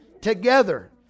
together